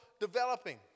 developing